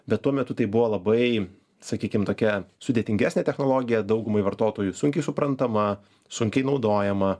bet tuo metu tai buvo labai sakykim tokia sudėtingesnė technologija daugumai vartotojų sunkiai suprantama sunkiai naudojama